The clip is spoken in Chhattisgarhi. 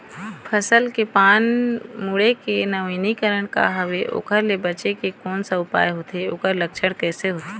फसल के पान मुड़े के नवीनीकरण का हवे ओकर ले बचे के कोन सा उपाय होथे ओकर लक्षण कैसे होथे?